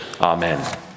Amen